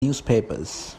newspapers